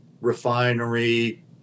refinery